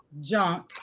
junk